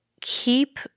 keep